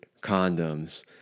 condoms